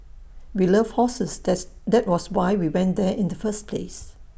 we love horses that's that was why we went there in the first place